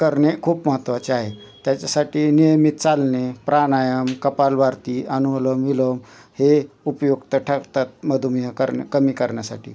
करणे खूप महत्त्वाचे आहे त्याच्यासाठी नियमित चालणे प्राणायाम कपालभारती अनुलोम विलोम हे उपयुक्त ठरतात मधुमेह करण्याकरता कमी करण्यासाठी